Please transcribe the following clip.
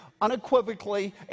unequivocally